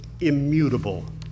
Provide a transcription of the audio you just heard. immutable